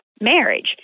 marriage